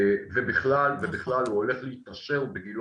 ובכלל ובכלל הוא הולך להתעשר בגילו